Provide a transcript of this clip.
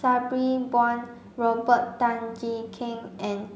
Sabri Buang Robert Tan Jee Keng and